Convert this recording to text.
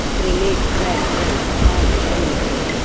we need dread no private enmity.